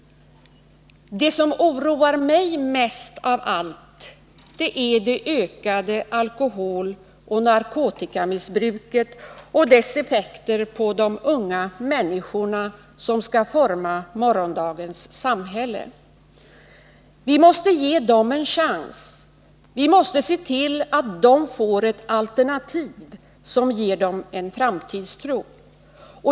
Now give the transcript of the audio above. Det som oroar mig mest av allt är det ökade alkoholoch narkotikamissbruket och dess effekter på de unga människorna som skall forma morgondagens samhälle. Vi måste ge dem en chans. Vi måste se till att de får ett alternativ som ger dem en framtidstro.